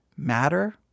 matter